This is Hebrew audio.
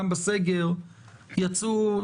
גם בסגר אנשים יצאו,